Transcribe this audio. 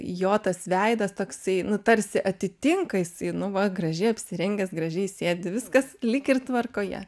jo tas veidas toksai nu tarsi atitinka jis nu va gražiai apsirengęs gražiai sėdi viskas lyg ir tvarkoje